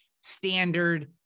standard